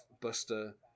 Buster